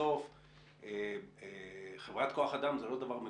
בסוף חברת כוח-אדם זה לא דבר מגונה.